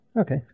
Okay